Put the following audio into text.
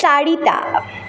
চাৰিটা